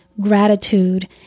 Gratitude